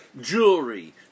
jewelry